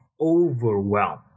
overwhelm